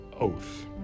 oath